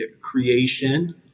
creation